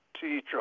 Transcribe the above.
teacher